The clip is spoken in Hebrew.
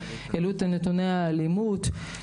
העלו את נתוני האלימות.